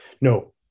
No